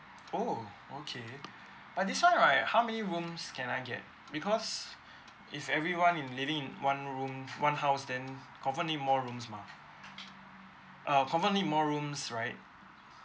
oh okay but this one right how many rooms can I get because if everyone in living in one room one house then confirm need more rooms mah uh confirm need more rooms right